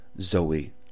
Zoe